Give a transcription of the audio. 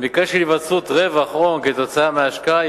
במקרה של היווצרות רווח הון כתוצאה מההשקעה,